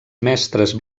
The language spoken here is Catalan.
mestres